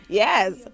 yes